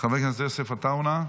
חבר הכנסת יוסף עטאונה,